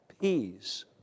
peace